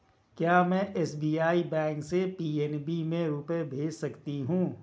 क्या में SBI bank से पी.एन.बी में रुपये भेज सकती हूँ?